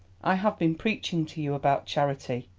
i have been preaching to you about charity,